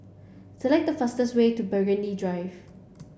select the fastest way to Burgundy Drive